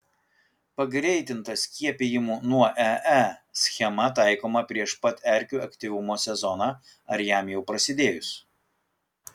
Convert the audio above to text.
pagreitinta skiepijimų nuo ee schema taikoma prieš pat erkių aktyvumo sezoną ar jam jau prasidėjus